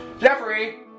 Jeffrey